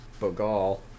Bogal